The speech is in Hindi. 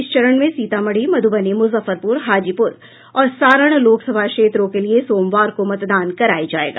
इस चरण में सीतामढ़ी मध्रबनी मूजफ्फरपूर हाजीपूर और सारण लोकसभा क्षेत्रों के लिए सोमवार को मतदान कराया जाएगा